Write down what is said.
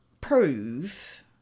prove